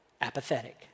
Apathetic